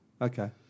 Okay